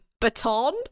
Baton